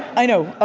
i know. well,